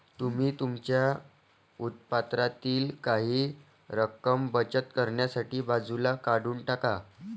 तुम्ही तुमच्या उत्पन्नातील काही रक्कम बचत करण्यासाठी बाजूला काढून टाका